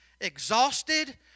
exhausted